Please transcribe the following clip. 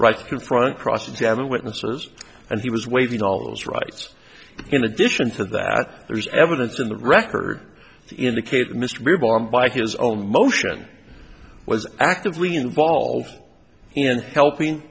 right in front cross examine witnesses and he was waiving all those rights in addition to that there's evidence in the record indicate mr by his own motion was actively involved in helping